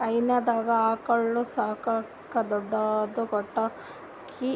ಹೈನಾದಾಗ್ ಆಕಳ್ ಸಾಕಕ್ಕ್ ದೊಡ್ಡದ್ ಕೊಟ್ಟಗಿ